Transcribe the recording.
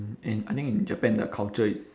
and I think in japan the culture is